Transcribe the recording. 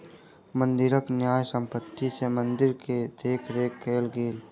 मंदिरक न्यास संपत्ति सॅ मंदिर के देख रेख कएल गेल